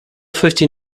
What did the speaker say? fifty